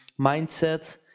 mindset